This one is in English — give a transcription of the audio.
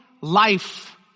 life